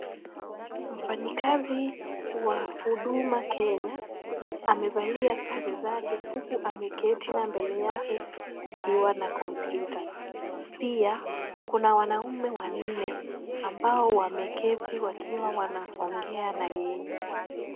Mfanyikazi wa Huduma Kenya, amevalia sare zake huku ameketi na mbele yake kukiwa na kompyuta. Pia, kuna wanaume wanne ambao wameketi wakiwa wanaongea na yeye.